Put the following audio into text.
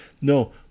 No